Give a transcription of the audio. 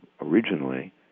originally